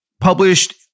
published